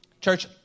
Church